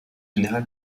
général